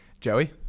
Joey